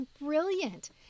brilliant